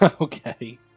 Okay